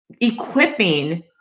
equipping